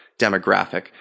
demographic